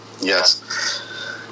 Yes